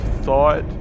thought